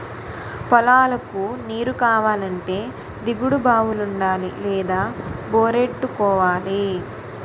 పొలాలకు నీరుకావాలంటే దిగుడు బావులుండాలి లేదా బోరెట్టుకోవాలి